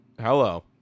hello